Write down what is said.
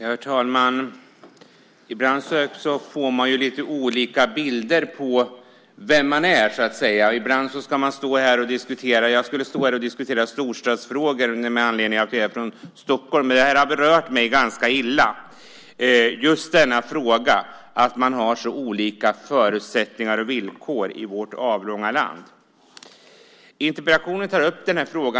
Herr talman! Ibland får man lite olika bilder av vem man är, så att säga. Jag skulle stå här och diskutera storstadsfrågor med anledning av att jag är från Stockholm, men just denna fråga har berört mig ganska illa, att man har så olika förutsättningar och villkor i vårt avlånga land. I interpellationen tas den här frågan upp.